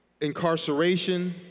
incarceration